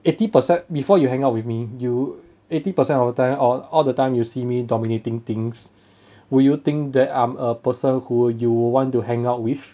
eighty percent before you hang out with me you eighty percent of the time or all the time you see me dominating things will you think that I'm a person who you will want to hang out with